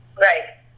Right